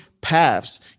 paths